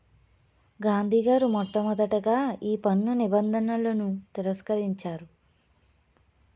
గాంధీ గారు మొట్టమొదటగా ఈ పన్ను నిబంధనలను తిరస్కరించారు